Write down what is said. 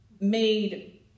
made